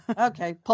Okay